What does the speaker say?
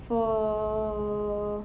for